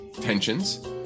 tensions